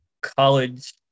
college